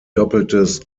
doppeltes